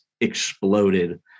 exploded